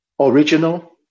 original